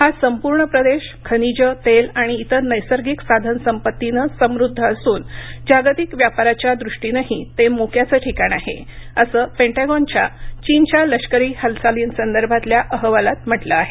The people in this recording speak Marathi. हा संपूर्ण प्रदेश खनिजं तेल आणि इतर नैसर्गिक साधन संपत्तीनं समृद्ध असून जागतिक व्यापाराच्या दृष्टीनंही ते मोक्याचं ठिकाण आहे असं पेंटॅगॉनच्या चीनच्या लष्करी हालचालींसदर्भातल्या अहवालात म्हटलं आहे